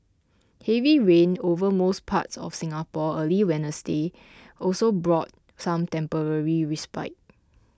heavy rain over most parts of Singapore early Wednesday also brought some temporary respite